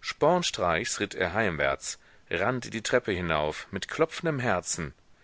spornstreichs ritt er heimwärts rannte die treppe hinauf mit klopfendem herzen